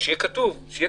שיהיה כתוב.